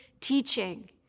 teaching